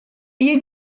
bir